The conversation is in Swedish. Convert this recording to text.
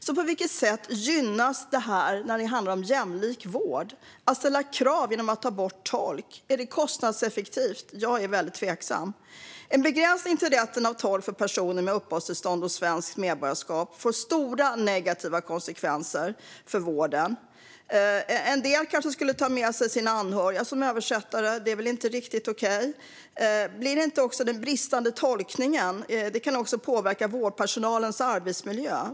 I fråga om jämlik vård undrar jag på vilket sätt detta att ställa krav genom att ta bort tolk gynnar vården. Är det kostnadseffektivt? Jag är tveksam. En begränsning av rätten till tolk för personer med uppehållstillstånd och svenskt medborgarskap får stora negativa konsekvenser för vården. En del kanske skulle ta med sig anhöriga som översättare. Det är väl inte riktigt okej. Den bristande tolkningen kan också påverka vårdpersonalens arbetsmiljö.